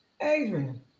Adrian